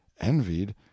envied